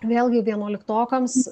vėlgi vienuoliktokams